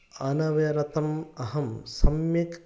अनवरतम् अहं सम्यक्